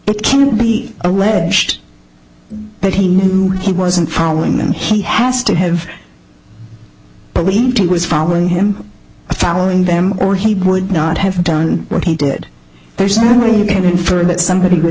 it can't be alleged that he knew he wasn't following them he has to have believed he was following him following them or he would not have done what he did there's no way you can infer that somebody with